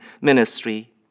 ministry